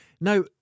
Now